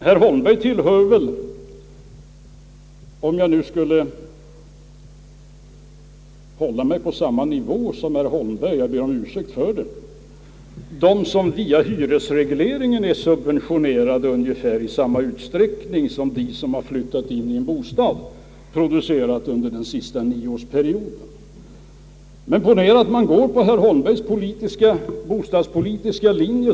Herr Holmberg tillhör väl för övrigt dem — om jag nu skulle hålla mig på samma nivå som herr Holmberg, jag ber om ursäkt för det — som via hyresregleringen är subventionerade i ungefär samma utsträckning som de som har flyttat in i en bostad producerad under den senaste nioårsperioden. Ponera nu att vi går på herr Holmbergs bostadspolitiska linje.